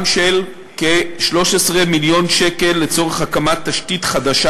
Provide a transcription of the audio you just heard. של כ-13 מיליון שקל לצורך הקמת תשתית חדשה